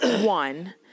one